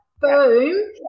boom